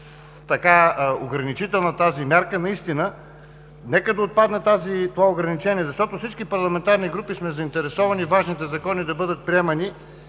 бъде ограничителна тази мярка, нека да отпадне това ограничение. Защото всички парламентарни групи сме заинтересовани важните закони да бъдат приемани